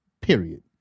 period